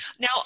Now